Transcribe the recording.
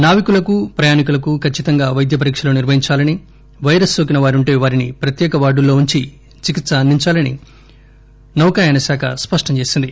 నావికులకు ప్రయాణీకులకు కచ్చితంగా వైద్య పరీక్షలు నిర్వహించాలని పైరస్ నోకిన వారుంటే వారిని ప్రత్యేక వార్డుల్లో ఉంచి చికిత్స అందించాలని నౌకాయాన శాఖ స్పష్టంచేసింది